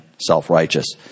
self-righteous